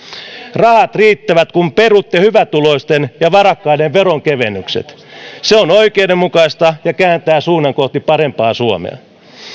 rahat riittävät kun perutte hyvätuloisten ja varakkaiden veronkevennykset se on oikeudenmukaista ja kääntää suunnan kohti parempaa suomea